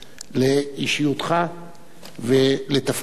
לאישיותך ולתפקידך,